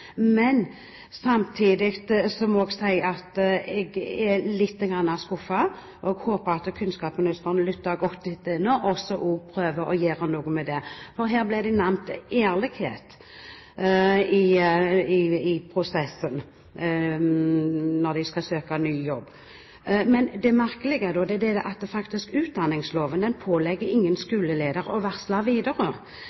Samtidig må jeg si at jeg er litt skuffet, og jeg håper at kunnskapsministeren lytter godt etter nå og prøver å gjøre noe med det, for: Her ble det nevnt ærlighet i prosessen når en skal søke ny jobb. Men det merkelige er da